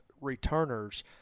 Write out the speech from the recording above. returners